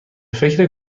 فکر